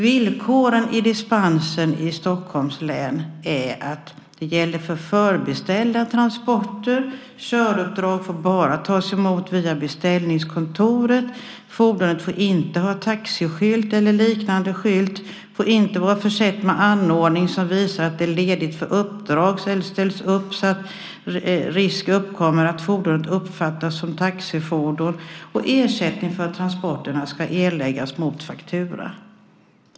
Villkoren i dispensen i Stockholms län är att det gäller för förbeställda transporter, köruppdrag får bara tas emot via beställningskontoret, fordonet får inte ha taxiskylt eller liknande skylt, det får inte vara försett med anordning som visar att det är ledigt för uppdrag eller ställas upp så att risk uppkommer att fordonet uppfattas som taxifordon och ersättning för transporterna ska erläggas mot faktura.